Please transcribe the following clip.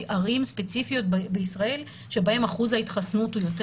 ערים ספציפיות בישראל שבהן אחוז ההתחסנות הוא יותר